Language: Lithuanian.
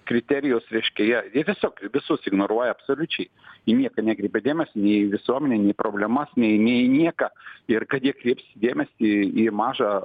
kriterijus reiškia jie jie tiesiog visus ignoruoja absoliučiai į nieką nekreipia dėmesio nei į visuomenę nei į problemas nei nei į nieką ir kad jie kreips dėmesį į mažą